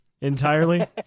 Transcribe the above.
entirely